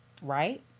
right